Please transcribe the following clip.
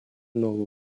нового